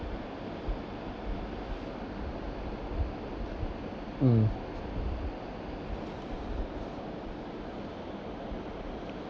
mm